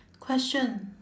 question